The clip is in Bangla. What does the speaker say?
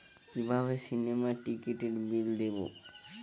কিভাবে সিনেমার টিকিটের বিল দেবো?